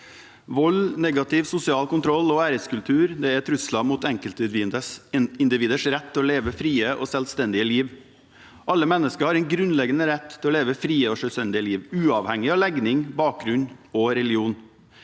Vold, ne- gativ sosial kontroll og æreskultur er trusler mot enkeltindividers rett til å leve et fritt og selvstendig liv. Alle mennesker har en grunnleggende rett til å leve et fritt og selvstendig liv, uavhengig av legning, bakgrunn og religion.